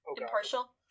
impartial